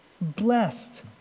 Blessed